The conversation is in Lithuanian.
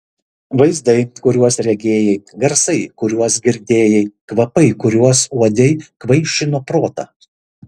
vaizdai kuriuos regėjai garsai kuriuos girdėjai kvapai kuriuos uodei kvaišino protą